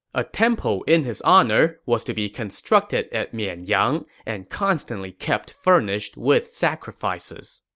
a temple in his honor was to be constructed at mianyang and constantly kept furnished with sacrifices.